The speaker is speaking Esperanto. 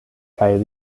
kaj